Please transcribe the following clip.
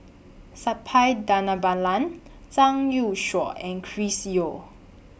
Suppiah Dhanabalan Zhang Youshuo and Chris Yeo